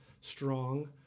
strong